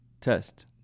test